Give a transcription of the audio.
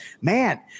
man